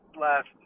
last